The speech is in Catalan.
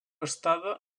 estada